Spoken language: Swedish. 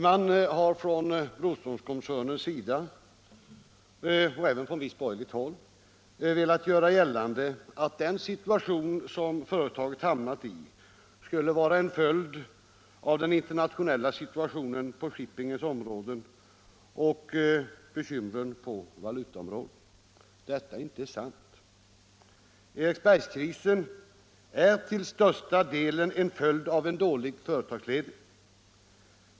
Man har från Broströmkoncernens sida och även från visst borgerligt håll velat göra gällande att det läge företaget hamnat i skulle vara en följd av den internationella situationen på shippingens område och bekymren på valutaområdet. Detta är inte sant. Eriksbergskrisen är till största delen en följd av dålig företagsledning.